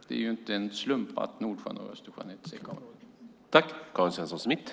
Det är inte en slump att Nordsjön och Östersjön är ett SECA-område.